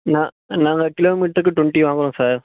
நான் நாங்கள் கிலோ மீட்ருக்கு டிவெண்டி வாங்குகிறோம் சார்